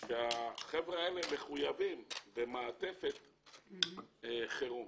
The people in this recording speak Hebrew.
שהחבר'ה האלה מחויבים במעטפת חירום.